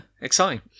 Exciting